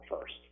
first